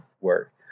work